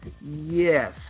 Yes